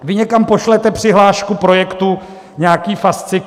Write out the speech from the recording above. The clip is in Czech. Vy někam pošlete přihlášku projektu, nějaký fascikl.